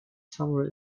somewhere